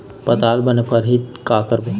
पताल बने फरही का करबो?